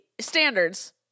standards